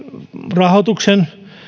rahoituksen